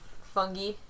fungi